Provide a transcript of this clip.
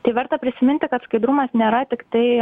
tai verta prisiminti kad skaidrumas nėra tiktai